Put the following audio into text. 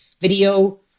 video